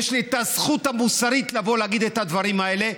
יש לי את הזכות המוסרית לבוא ולהגיד את הדברים האלה.